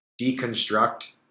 deconstruct